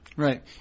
Right